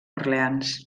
orleans